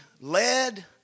led